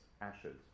ashes